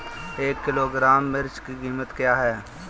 एक किलोग्राम मिर्च की कीमत क्या है?